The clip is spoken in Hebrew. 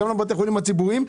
גם לבתי החולים הציבוריים.